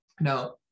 Now